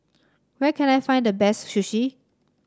where can I find the best Sushi